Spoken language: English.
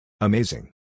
Amazing